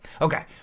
okay